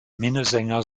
minnesänger